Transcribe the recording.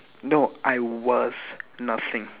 no I was nothing